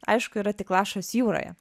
aišku yra tik lašas jūroje